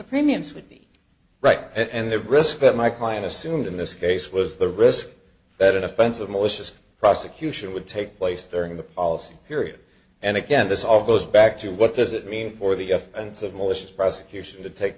premiums would be right and the risk that my client assumed in this case was the risk that an offense of malicious prosecution would take place during the policy period and again this all goes back to what does it mean for the us and its of malicious prosecution to take